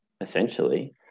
essentially